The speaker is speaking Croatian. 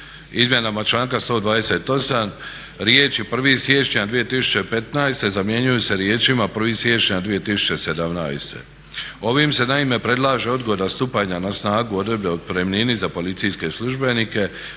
Izmjenama članka 128. riječi 1. siječnja 2015. zamjenjuju se riječima 1. siječnja 2017. Ovim se naime predlaže odgoda stupanja na snagu odredbe o otpremnini za policijske službenike